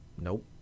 Nope